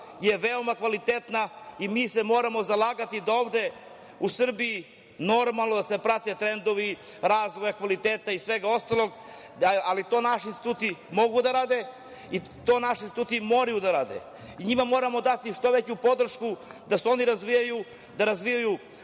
je veoma kvalitetna i mi se moramo zalagati da ovde u Srbiji normalno da se prate trendovi razvoja kvaliteta i svega ostalog, ali to naši instituti mogu da rade i to naši instituti moraju da rade. Njima moramo dati što veću podršku da se oni razvijaju,